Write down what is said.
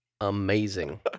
amazing